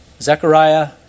Zechariah